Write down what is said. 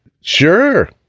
sure